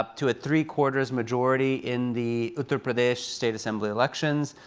ah to a three-quarters majority in the uttar pradesh state assembly elections.